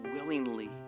willingly